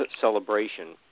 celebration